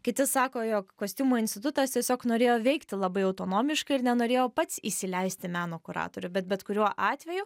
kiti sako jog kostiumo institutas tiesiog norėjo veikti labai autonomiškai ir nenorėjo pats įsileisti meno kuratorių bet bet kuriuo atveju